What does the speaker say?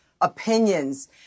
opinions